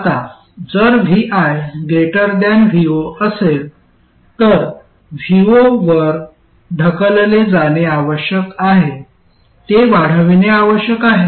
आता जर vi vo असेल तर vo वर ढकलले जाणे आवश्यक आहे ते वाढविणे आवश्यक आहे